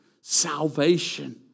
Salvation